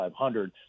500